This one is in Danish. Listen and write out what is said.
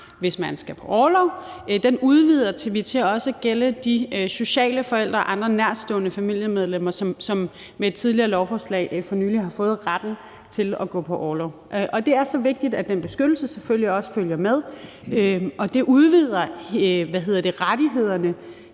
hvis man skal på orlov, udvider vi til også at gælde de sociale forældre og andre nærtstående familiemedlemmer, som med et tidligere lovforslag for nylig har fået retten til at gå på orlov. Det er så vigtigt, at den beskyttelse selvfølgelig også følger med, og det udvider rettighederne